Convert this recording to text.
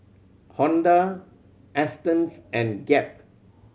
Honda Astons and Gap